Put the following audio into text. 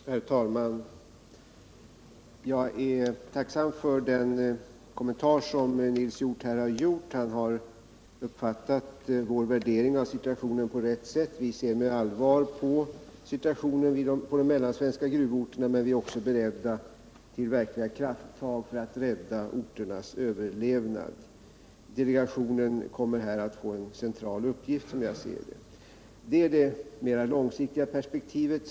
Herr talman! Jag är tacksam för den kommentar som Nils Hjorth här har gjort. Han har uppfattat vår värdering av situationen på rätt sätt. Vi ser med allvar på läget för de mellansvenska gruvorterna, men vi är också beredda till verkliga krafttag för att rädda deras överlevnad. Delegationen kommer här att få en central uppgift, som jag ser det. Detta är det mera långsiktiga perspektivet.